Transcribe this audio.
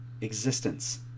existence